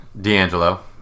D'Angelo